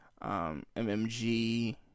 MMG